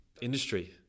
industry